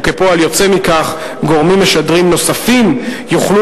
וכפועל יוצא מכך גורמים משדרים נוספים יוכלו